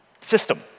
system